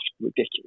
ridiculous